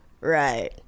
Right